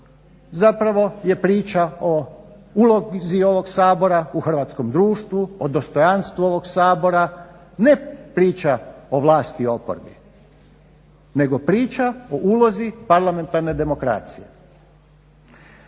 zapravo je priča o ulozi ovog Sabora u hrvatskom društvu, o dostojanstvu ovog Sabora, ne priča o vlasti i oporbi nego priča o ulozi parlamentarne demokracije.